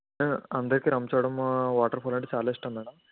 Ambedkar Rampachodavaram water fall అంటే చాలా ఇష్టం మేడం